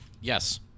Yes